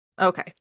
Okay